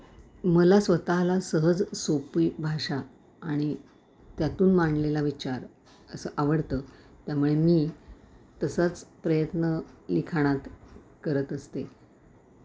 मला स्वतःला सहज सोपी भाषा आणि त्यातून मांडलेला विचार असं आवडतं त्यामुळे मी तसाच प्रयत्न लिखाणात करत असते